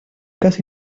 caso